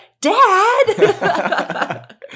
Dad